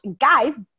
guys